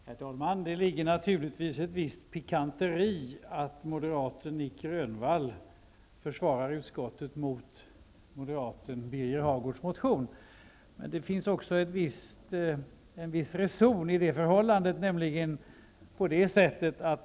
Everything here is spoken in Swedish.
Herr talman! Det ligger naturligtvis ett visst pikanteri i att moderaten Grönvall försvarar utskottet mot moderaten Birger Hagårds motion. Men det finns också en viss reson i det förhållandet.